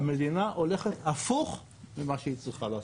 המדינה הולכת הפוך ממה שהיא צריכה לעשות.